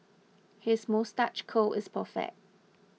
his moustache curl is perfect